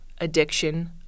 addiction